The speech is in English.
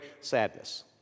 sadness